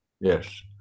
Yes